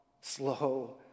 slow